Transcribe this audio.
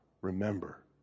remember